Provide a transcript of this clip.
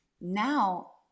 now